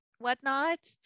whatnot